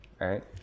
right